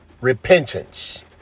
repentance